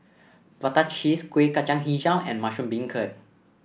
Prata Cheese Kueh Kacang hijau and Mushroom Beancurd